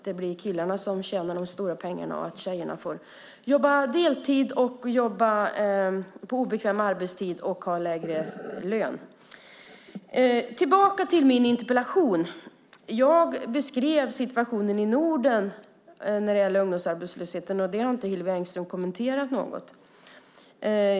Det är killarna som tjänar de stora pengarna och tjejerna får jobba deltid och på obekväm arbetstid och får lägre lön. I min interpellation beskrev jag situationen i Norden när det gäller ungdomsarbetslösheten. Det har inte Hillevi Engström kommenterat.